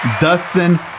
Dustin